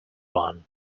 one